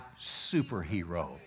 superhero